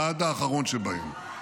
עד האחרון שבהם.